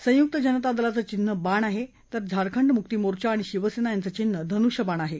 संयुक्त जनता दलाचं चिन्ह बाण आहे तर झारखंड मुक्ती मोर्चा आणि शिवसेना यांचं चिन्ह धनृष्यबाण आहे